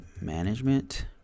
management